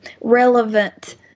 relevant